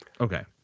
Okay